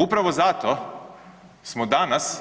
Upravo zato smo danas